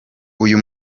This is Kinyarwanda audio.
uyu